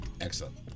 Excellent